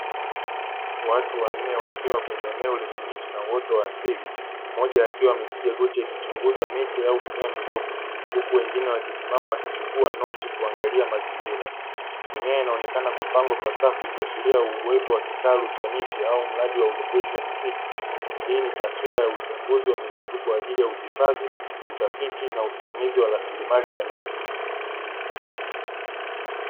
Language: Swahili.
Watu wanne wakiwa kwenye eneo lenye miche na wote wa asili mmoja akiwa amepiga goti akichunguza miche au mimea midogo, huku wengine wakisimama wakichukua noti kuangalia mazingira ni eneo inaonekana kupangwa kwa safu ikiashiria uwepo wa kitalu cha miti au mradi wa urejesho wa misitu, hii ni taswira ya uchunguzi wa misitu kwa ajili ya uhifadhi, utafiti na usimamizi wa rasilimali za miti.